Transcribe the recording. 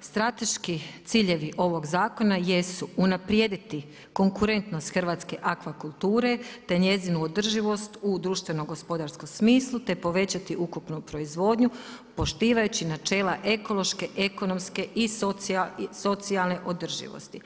strateški ciljevi ovog zakona jesu, unaprijediti konkurentnost hrvatske akvakulture, te njezinu održivost u društveno gospodarskom smislu, te povećati ukupnu proizvodnju, potkivajući načela, ekološke, ekonomske i socijalne održivosti.